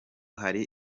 hari